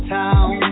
town